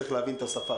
צריך להבין את השפה,